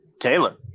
Taylor